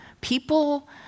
people